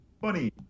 Funny